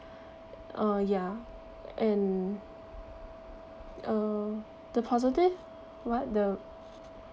uh ya and uh the positive what the